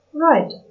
Right